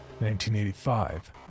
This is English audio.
1985